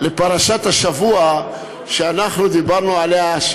לפרשת השבוע שדיברנו עליה.